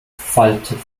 faltet